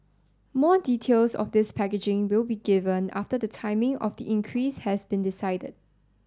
more details of this packaging will be given after the timing of the increase has been decided